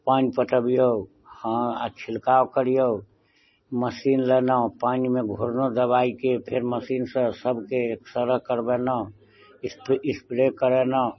पानि पटबियौ हँ आ छिलकाव करियौ मसीन लेलहुॅं पानि मे घोरलहुॅं दबाइके फेर मशीन सॅं सबके एस्प्रे करबेलहुॅं एस्प्रे करेलहुॅं